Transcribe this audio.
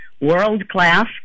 world-class